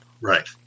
Right